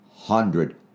hundred